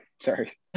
Sorry